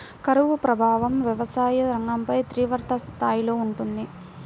కరువు ప్రభావం వ్యవసాయ రంగంపై తీవ్రస్థాయిలో ఉంటుంది